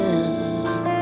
end